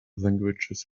languages